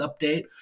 update